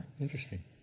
interesting